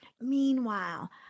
Meanwhile